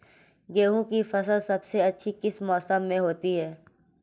गेंहू की फसल सबसे अच्छी किस मौसम में होती है?